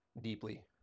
deeply